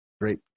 great